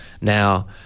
now